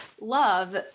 love